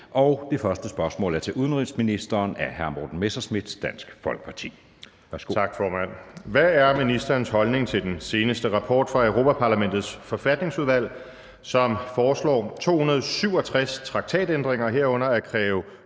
Det første spørgsmål er til udenrigsministeren af hr. Morten Messerschmidt, Dansk Folkeparti.